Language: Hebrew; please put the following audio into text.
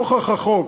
נוכח החוק,